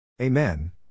Amen